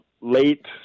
late